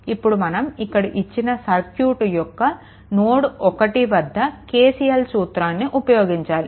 ఇప్పుడు మనం ఇచ్చిన సర్క్యూట్ యొక్క నోడ్1 వద్ద KCL సూత్రాన్ని ఉపయోగించాలి